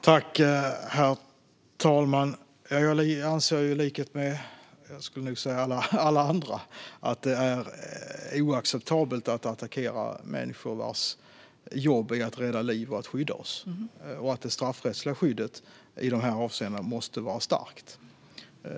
Herr talman! Jag anser i likhet med alla andra att det är oacceptabelt att människor vars jobb är att rädda liv och skydda oss attackeras. Det straffrättsliga skyddet i dessa avseenden måste vara starkt.